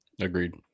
Agreed